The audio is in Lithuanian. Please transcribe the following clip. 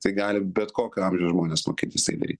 tai gali bet kokio amžiaus žmonės mokintis tai daryti